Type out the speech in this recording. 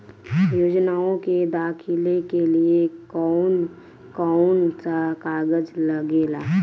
योजनाओ के दाखिले के लिए कौउन कौउन सा कागज लगेला?